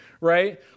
right